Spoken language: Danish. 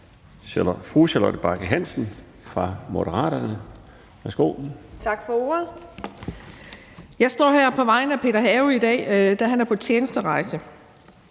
Charlotte Bagge Hansen (M): Tak for ordet. Jeg står her på vegne af Peter Have i dag, da han er på tjenesterejse.